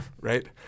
right